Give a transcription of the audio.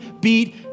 beat